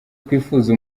twifuza